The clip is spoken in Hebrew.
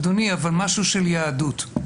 אדוני, אבל משהו של יהדות.